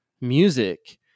music